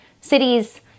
cities